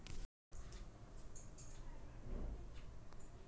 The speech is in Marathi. तुमका माहीत हा काय की बायो गॅस सौर उर्जेसारखी नवीकरणीय उर्जा असा?